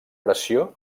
pressió